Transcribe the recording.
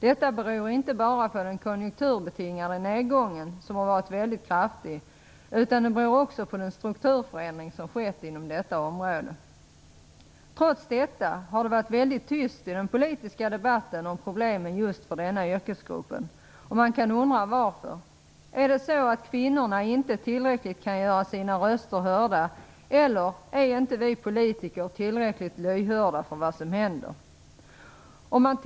Detta beror inte bara på den konjunkturbetingade nedgången, som har varit väldigt kraftig, utan det beror också på den strukturförändring som skett inom detta område. Trots detta har det varit väldigt tyst i den politiska debatten om problemen just för denna yrkesgrupp, och man kan undra varför. Är det så att kvinnorna inte tillräckligt kan göra sina röster hörda, eller är vi politiker inte tillräckligt lyhörda för vad som händer?